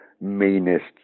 meanest